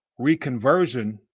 reconversion